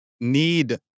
need